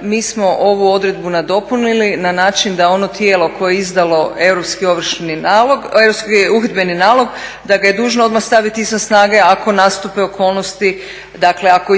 Mi smo ovu odredbu nadopunili na način da ono tijelo koje je izdalo europski uhidbeni nalog da ga je dužna odmah staviti izvan snage ako nastupe okolnosti, dakle ako